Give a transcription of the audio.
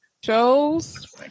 shows